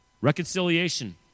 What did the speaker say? Reconciliation